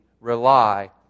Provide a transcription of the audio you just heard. rely